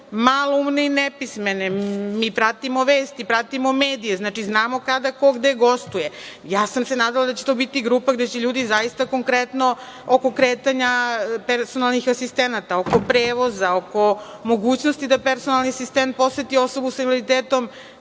maloumne i nepismene. Mi pratimo vesti, pratimo medije, znači znamo kada ko gde gostuje. Ja sam se nadala da će to biti grupa gde će ljudi zaista konkretno oko kretanja personalnih asistenata, oko prevoza, oko mogućnosti da personalni asistent poseti osobu sa invaliditetom